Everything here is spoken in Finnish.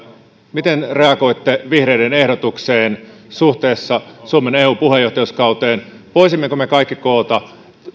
miten reagoitte vihreiden ehdotukseen suhteessa suomen eu puheenjohtajuuskauteen voisimmeko me kaikki koota